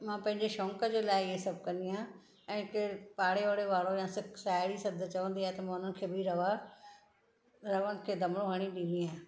मां पंहिंजे शौक़ु जे लाइ हीअ सभु कंदी आं ऐं के पाड़े वाड़े वारो या साहिड़ी सध चवंदी आहे त मां हुननि खे बि रवा रअनि खे धाॻो हणी ॾींदी आहियां